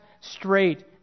straight